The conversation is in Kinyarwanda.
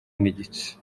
n’igice